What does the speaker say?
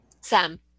Sam